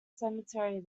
cemetery